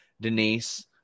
Denise